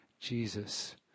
Jesus